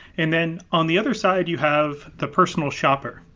and then on the other side you have the personal shopper.